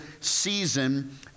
season